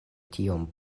tiom